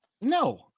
No